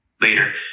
later